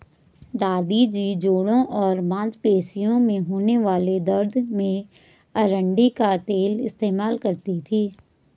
दादी जी जोड़ों और मांसपेशियों में होने वाले दर्द में अरंडी का तेल इस्तेमाल करती थीं